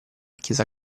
chiesa